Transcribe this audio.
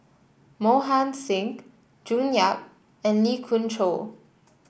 Mohan Singh June Yap and Lee Khoon Choy